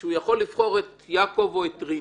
כשהוא יכול לבחור את יעקב או את רינה,